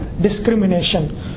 discrimination